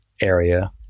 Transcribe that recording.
area